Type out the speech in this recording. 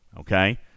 okay